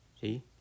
See